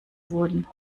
wurden